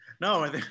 No